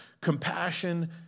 Compassion